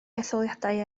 etholiadau